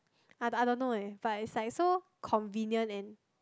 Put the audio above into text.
I I don't know eh but it's like so convenient and